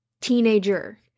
teenager